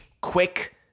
quick